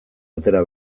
atera